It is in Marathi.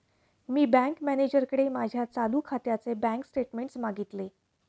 मी बँक मॅनेजरकडे माझ्या चालू खात्याचे बँक स्टेटमेंट्स मागितले